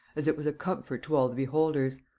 as it was a comfort to all the beholders.